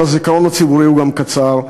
והזיכרון הציבורי הוא גם קצר.